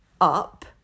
up